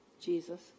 Jesus